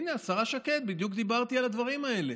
הינה השרה שקד, בדיוק דיברתי על הדברים האלה.